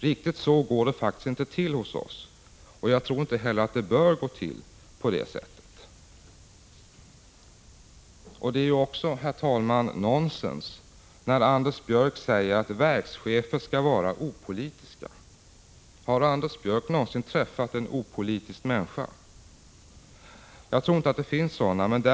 Riktigt så går det faktiskt inte till hos oss, och jag tror inte heller att det bör gå till på det sättet. Det är ju också, herr talman, nonsens när Anders Björck säger att verkschefer skall vara opolitiska. Har Anders Björck någonsin träffat en opolitisk människa? Jag tror inte att det finns sådana människor.